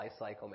lifecycle